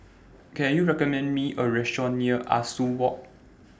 Can YOU recommend Me A Restaurant near Ah Soo Walk